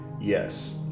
Yes